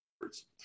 words